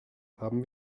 haben